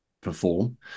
perform